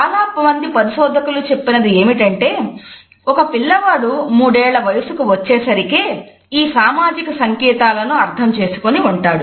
చాలామంది పరిశోధకులు చెప్పినది ఏమిటంటే ఒక పిల్లవాడు మూడేళ్ల వయస్సుకు వచ్చేసరికె ఈ సామాజిక సంకేతాలను అర్థం చేసుకొని ఉంటాడు